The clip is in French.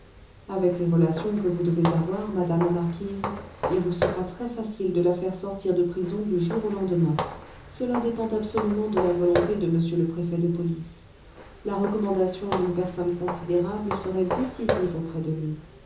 avec les relations que vous devez avoir madame la marquise il vous sera très-facile de la faire sortir de prison du jour au lendemain cela dépend absolument de la volonté de m le préfet de police la recommandation d'une personne considérable serait décisive auprès de lui